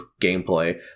gameplay